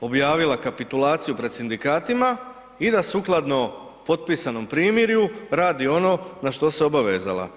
objavila kapitulaciju pred sindikatima i da sukladno potpisanom primirju radi ono na što se obavezala.